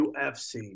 ufc